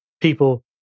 people